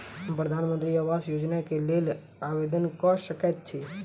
हम प्रधानमंत्री आवास योजना केँ लेल आवेदन कऽ सकैत छी?